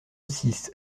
six